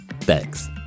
Thanks